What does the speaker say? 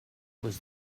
was